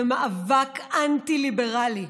זה מאבק אנטי-ליברלי.